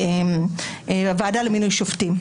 של הוועדה למינוי שופטים.